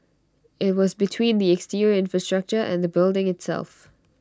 IT was between the exterior infrastructure and the building itself